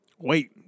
Wait